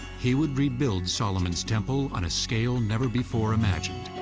he would rebuild solomon's temple on a scale never before imagined.